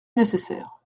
nécessaire